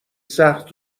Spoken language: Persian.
سخت